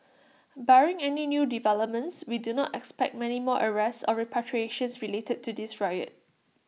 barring any new developments we do not expect many more arrests or repatriations related to this riot